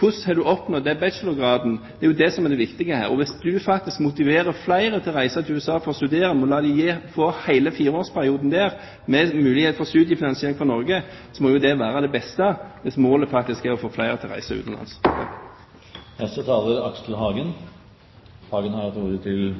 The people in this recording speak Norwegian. det viktige her: Hvordan har du oppnådd den bachelorgraden? Hvis du faktisk motiverer flere til å reise til USA for å studere og lar dem få hele fireåresperioden der, med mulighet for studiefinansiering fra Norge, må jo det være det beste, hvis målet faktisk er å få flere til å reise utenlands. Aksel Hagen har hatt ordet